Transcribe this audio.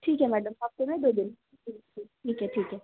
ठीक है मैडम हफ्ते में दो दिन ठीक ठीक ठीक है ठीक है